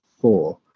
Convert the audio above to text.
four